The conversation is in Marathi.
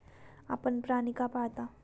आपण प्राणी का पाळता?